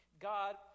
God